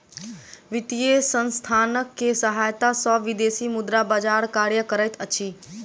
वित्तीय संसथान के सहायता सॅ विदेशी मुद्रा बजार कार्य करैत अछि